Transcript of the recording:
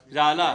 עלה.